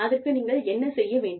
அதற்கு நீங்கள் என்ன செய்ய வேண்டும்